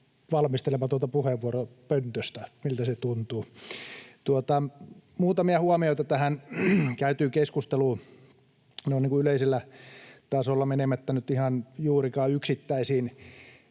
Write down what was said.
valmistelematonta puheenvuoroa pöntöstä, miltä se tuntuu. Muutamia huomioita tähän käytyyn keskusteluun noin yleisellä tasolla menemättä nyt juurikaan yksittäisiin